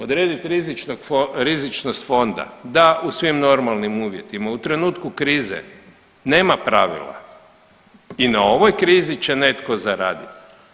Odredit rizičnost fonda, da u svim normalnim uvjetima, u trenutku krize nema pravila i na ovoj krizi će netko zaradit.